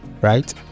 right